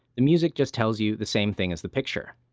the music just tells you the same thing as the picture.